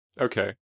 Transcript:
Okay